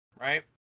Right